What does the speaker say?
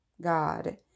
God